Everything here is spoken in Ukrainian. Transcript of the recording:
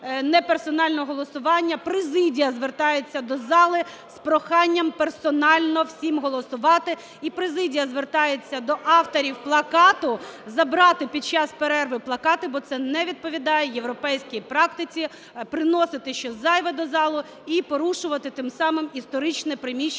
неперсонального голосування, президія звертається до зали з проханням персонально всім голосувати. І президія звертається до авторів плакату забрати під час перерви плакат, бо це не відповідає європейській практиці, приносити щось зайве до залу і порушувати тим самим історичне приміщення